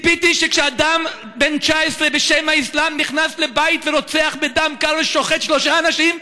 כשאדם בן 19 נכנס בשם האסלאם לבית ורוצח בדם קר ושוחט שלושה אנשים,